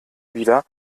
wieder